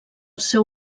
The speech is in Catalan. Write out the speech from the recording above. seu